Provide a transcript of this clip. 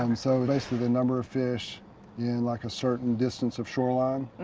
um so basically the number of fish in like a certain distance of shoreline.